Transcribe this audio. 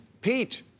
Pete